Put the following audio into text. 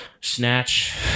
Snatch